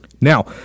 Now